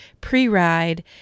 pre-ride